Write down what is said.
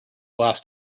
glass